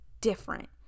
different